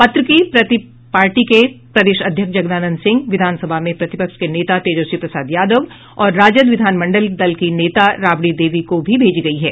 पत्र की प्रति पार्टी के प्रदेश अध्यक्ष जगदानंद सिंह विधानसभा में प्रतिपक्ष के नेता तेजस्वी प्रसाद यादव और राजद विधानमंडल दल की नेता राबड़ी देवी को भी भेजी गई है